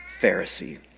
Pharisee